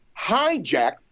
hijack